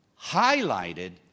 highlighted